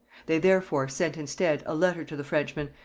they therefore sent instead a letter to the frenchman,